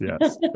Yes